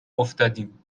افتادیم